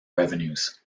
revenues